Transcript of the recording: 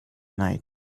night